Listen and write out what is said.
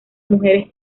mujeres